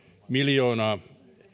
miljoonaa